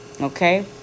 okay